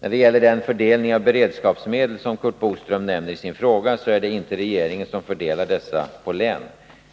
När det gäller den fördelning av beredskapsmedel som Curt Boström nämner i sin fråga så är det inte regeringen som fördelar dessa på län.